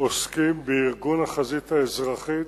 עוסקים בארגון החזית האזרחית